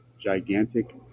gigantic